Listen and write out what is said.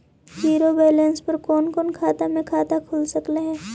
Zero balance पर कोन कोन बैंक में खाता खुल सकले हे?